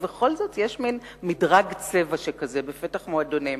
ובכל זאת יש מין מדרג צבע שכזה בפתח מועדונים.